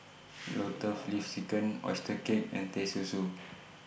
Lotus Leaf Chicken Oyster Cake and Teh Susu